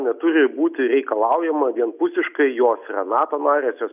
neturi būti reikalaujama vienpusiškai jos yra nato narės jos